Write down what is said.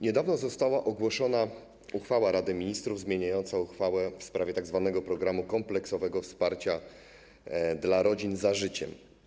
Niedawno została ogłoszona uchwała Rady Ministrów zmieniająca uchwałę w sprawie tzw. programu kompleksowego wsparcia dla rodzin ˝Za życiem˝